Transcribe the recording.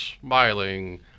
smiling